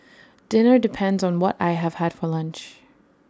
dinner depends on what I have had for lunch